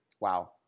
wow